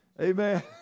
Amen